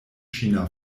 china